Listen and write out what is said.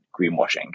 greenwashing